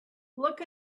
look